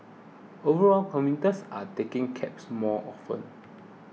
overall commuters are taking cabs more often